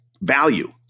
value